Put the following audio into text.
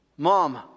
Mom